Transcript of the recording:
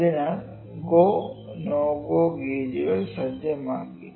അതിനാൽ go no go" ഗേജുകൾ സജ്ജമാക്കി